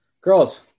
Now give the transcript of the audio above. Girls